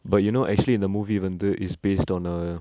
but you know actually in the movie even though is based on a